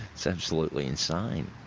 it's absolutely insane.